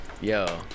yo